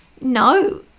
no